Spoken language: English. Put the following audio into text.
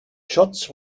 shots